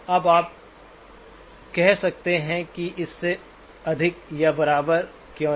अब आप कह सकते हैं कि इससे अधिक या बराबर क्यों नहीं